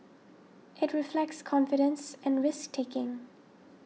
it reflects confidence and risk taking